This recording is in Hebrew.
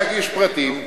צריך להגיש פרטים,